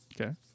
Okay